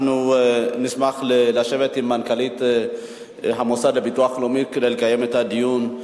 אנחנו נשמח לשבת עם מנכ"לית המוסד לביטוח לאומי כדי לקיים את הדיון.